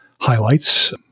highlights